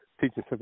teaching